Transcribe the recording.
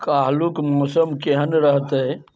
काल्हिुक मौसम केहन रहतै